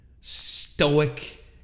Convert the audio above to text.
stoic